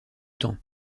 temps